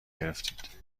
گرفتید